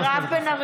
בבקשה מזכירת הכנסת.